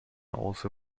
also